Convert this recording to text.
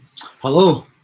Hello